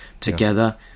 together